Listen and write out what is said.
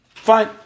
Fine